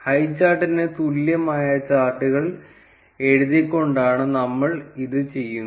ഹൈചാർട്ടിന് തുല്യമായ ചാർട്ടുകൾ എഴുതിക്കൊണ്ടാണ് നമ്മൾ ഇത് ചെയ്യുന്നത്